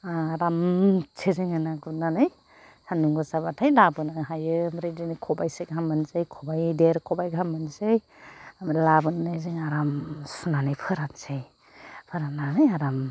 आरामसो जोङो ना गुरनानै सान्दुं गोसाबाथाय लाबोनो हायो आमफ्राय बिदिनो खबाइसे गाहाम मोनसै खबाइ देर खबाइ गाहाम मोनसै लाबोनो जों आराम सुनानै फोरानसै फोराननानै आराम